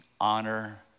honor